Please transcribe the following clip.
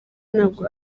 ntabwo